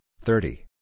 thirty